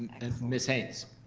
and ms. haynes?